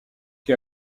qui